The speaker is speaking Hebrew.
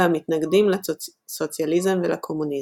והמתנגדים לסוציאליזם ולקומוניזם.